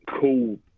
cool